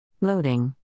Loading